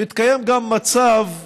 מצב בעייתי,